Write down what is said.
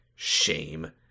shame